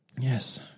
Yes